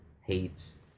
hates